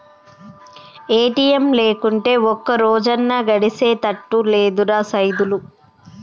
ATM లేకుంటే ఒక్కరోజన్నా గడిసెతట్టు లేదురా సైదులు